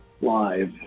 live